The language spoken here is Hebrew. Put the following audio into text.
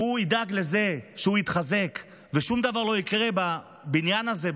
והוא ידאג לזה שהוא יתחזק ושום דבר לא יקרה בבניין הזה,